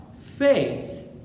Faith